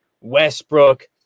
Westbrook